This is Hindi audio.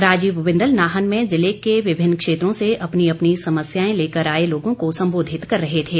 राजीव बिंदल नाहन में जिले के विभिन्न क्षेत्रों के अपनी अपनी समस्याएं लेकर आए लोगों को सम्बोधित कर रहे थे